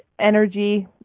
energy